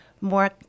more